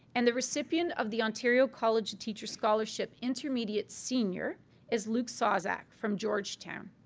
and the recipient of the ontario college of teachers scholarship intermediate senior is luke sawczak from georgetown.